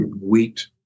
wheat